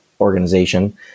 organization